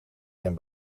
zijn